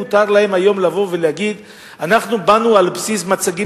מותר להם היום לבוא ולהגיד: אנחנו באנו על בסיס מצגים